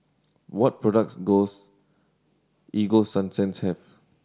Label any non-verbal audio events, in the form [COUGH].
what products [UNINTELLIGIBLE] Ego Sunsense have